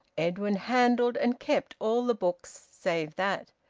edwin handled, and kept, all the books save that.